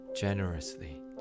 generously